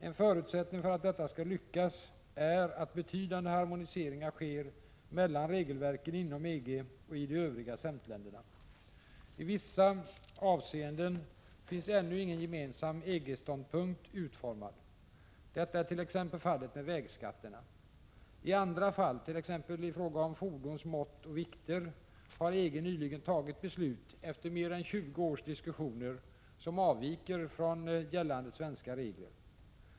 En förutsättning för att detta skall lyckas är att betydande harmoniseringar sker mellan regelverken inom EG och i de övriga CEMT-länderna. I vissa avseenden finns ännu ingen gemensam EG-ståndpunkt utformad. Detta är t.ex. fallet med vägskatterna. I andra fall, t.ex. i fråga om fordons mått och vikter, har EG nyligen tagit beslut — efter mer än tjugo års diskussioner — som avviker från gällande svenska regler.